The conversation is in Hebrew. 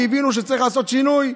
כי הבינו שצריך לעשות שינוי.